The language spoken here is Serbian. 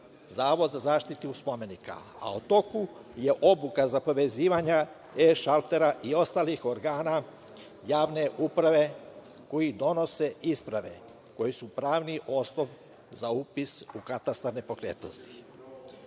Zavod za zaštitu spomenika, a u toku je obuka za povezivanje e-šaltera i ostalih organa javne uprave koji donose isprave koje su pravni osnov za upis u katastar nepokretnosti. Predlog